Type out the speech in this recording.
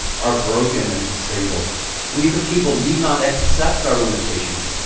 are broken and disabled we the people need not accept our limitations,